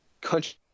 country